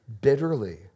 bitterly